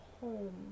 home